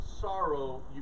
sorrow